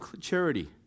Charity